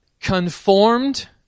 conformed